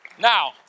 Now